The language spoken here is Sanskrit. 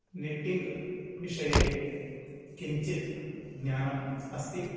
निट्टिङ्ग् विषये किञ्चित् ज्ञानम् अस्ति